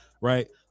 right